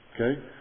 Okay